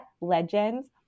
legends